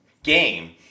game